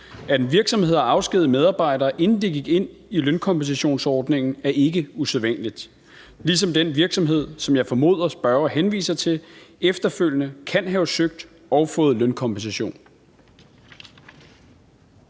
At en virksomhed har afskediget medarbejdere, inden de gik ind i lønkompensationsordningen, er ikke usædvanligt, ligesom den virksomhed, som jeg formoder spørgeren henviser til, efterfølgende kan have søgt om og fået lønkompensation.